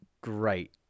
great